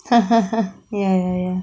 ya ya ya